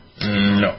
No